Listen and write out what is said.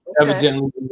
Evidently